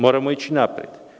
Moramo ići napred.